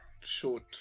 short